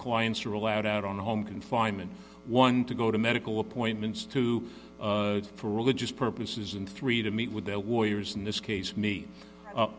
clients are allowed out on the home confinement one to go to medical appointments two for religious purposes and three to meet with their warriors in this case me